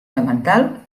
elemental